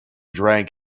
drank